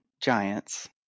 Giants